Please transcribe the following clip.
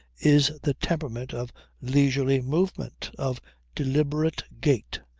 is the temperament of leisurely movement, of deliberate gait.